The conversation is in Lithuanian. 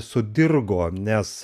sudirgo nes